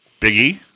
Biggie